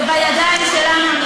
זה בידיים שלנו.